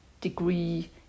degree